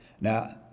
Now